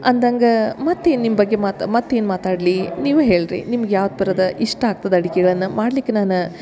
ಅಂದಂಗ ಮತ್ತು ಏನು ನಿಮ್ಮ ಬಗ್ಗೆ ಮಾತು ಮತ್ತೇನು ಮಾತಾಡ್ಲೀ ನೀವು ಹೇಳ್ರಿ ನಿಮ್ಗ ಯಾವ ಥರದ್ ಇಷ್ಟ ಆಗ್ತದ ಅಡ್ಗಿಗಳನ್ನ ಮಾಡ್ಲಿಕ್ಕೆ ನಾನು